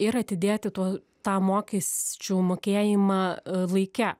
ir atidėti tuo tą mokesčių mokėjimą laike